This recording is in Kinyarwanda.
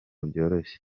byoroshye